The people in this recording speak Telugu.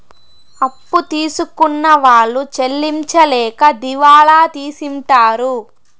అప్పు తీసుకున్న వాళ్ళు చెల్లించలేక దివాళా తీసింటారు